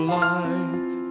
light